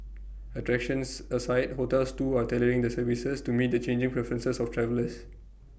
attractions aside hotels too are tailoring their services to meet the changing preferences of travellers